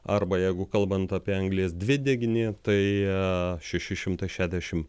arba jeigu kalbant apie anglies dvideginį tai šeši šimtai šešiasdešim